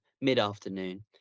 mid-afternoon